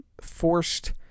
forced